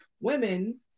women